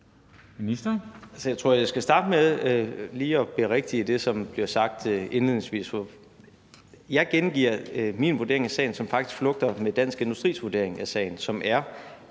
jeg tror, jeg skal starte med lige at berigtige det, som blev sagt indledningsvis. Jeg gengiver min vurdering af sagen, som faktisk flugter med Dansk Industris vurdering af sagen, som er